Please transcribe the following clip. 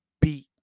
beat